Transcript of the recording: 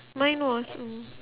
mine was mm